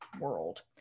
world